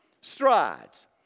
strides